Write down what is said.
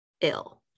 ill